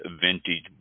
Vintage